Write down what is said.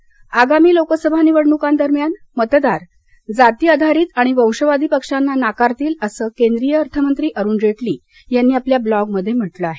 जेटली आगामी लोकसभा निवडणुकादरम्यान मतदार जाती आधारित आणि वंशवादी पक्षांना नाकारतील असं केंद्रीय अर्थमंत्री अरुण जेटली यांनी ब्लॉग मध्ये म्हंटल आहे